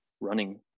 running